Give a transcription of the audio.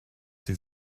sie